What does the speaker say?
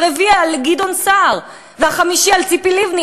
הרביעי על גדעון סער והחמישי על ציפי לבני.